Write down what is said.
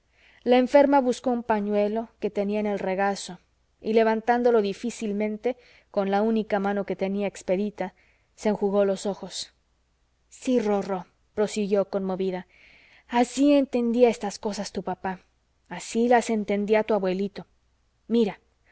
la enferma buscó un pañuelo que tenía en el regazo y levantándolo difícilmente con la única mano que tenía expedita se enjugó los ojos sí rorró prosiguió conmovida así entendía estas cosas tu papá así las entendía tu abuelito mira